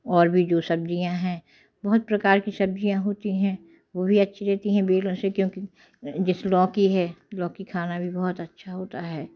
और भी जो सब्जियाँ हैं बहुत प्रकार की सब्जियाँ होती हैं वो भी अच्छी रहती हैं क्योंकि जैसे लौकी है लौकी खाना भी बहुत अच्छा होता है